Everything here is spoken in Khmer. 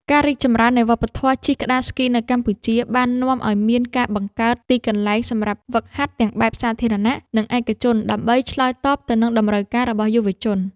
ការរីកចម្រើននៃវប្បធម៌ជិះក្ដារស្គីនៅកម្ពុជា បាននាំឱ្យមានការបង្កើតទីកន្លែងសម្រាប់ហ្វឹកហាត់ទាំងបែបសាធារណៈ និងឯកជន ដើម្បីឆ្លើយតបទៅនឹងតម្រូវការរបស់យុវជន។